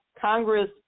Congress